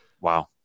Wow